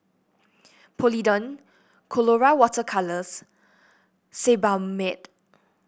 Polident Colora Water Colours Sebamed